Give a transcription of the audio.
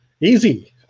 Easy